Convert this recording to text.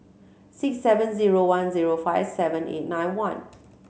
six seven zero one zero five seven eight nine one